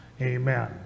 Amen